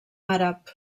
àrab